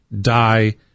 die